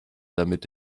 damit